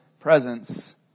presence